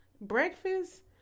Breakfast